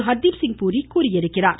ஹர்தீப் சிங் பூரி தெரிவித்தார்